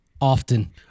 Often